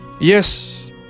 Yes